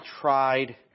tried